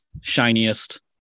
shiniest